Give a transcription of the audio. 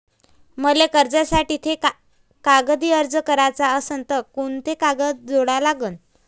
मले कर्जासाठी थे कागदी अर्ज कराचा असन तर कुंते कागद जोडा लागन?